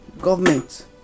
government